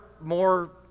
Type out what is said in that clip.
more